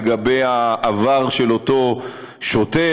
לגבי העבר של אותו שוטר,